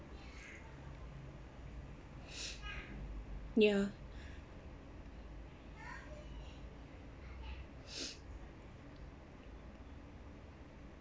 ya